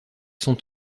sont